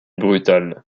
brutale